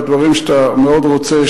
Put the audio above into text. בדברים שאתה מאוד רוצה,